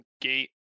gate